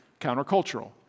countercultural